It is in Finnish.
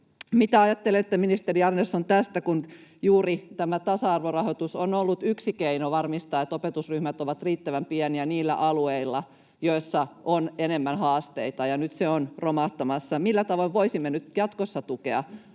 Mitä ajattelette, ministeri Andersson, tästä, kun juuri tasa-arvorahoitus on ollut yksi keino varmistaa, että opetusryhmät ovat riittävän pieniä niillä alueilla, joissa on enemmän haasteita, ja nyt se on romahtamassa? Millä tavalla voisimme nyt jatkossa tukea